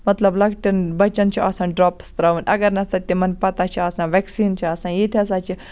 مَطلَب لۅکٹیٚن بَچَن چھُ آسان ڈرٛاپٕس ترٛاوُن اگر نَسا تِمَن پَتاہ چھِ آسان ویٚکسیٖن چھِ آسان ییٚتہِ ہَسا چھِ